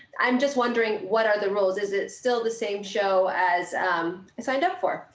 i'm just wondering what are the rules? is it still the same show as i signed up for,